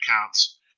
accounts